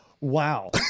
wow